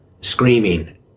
screaming